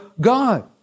God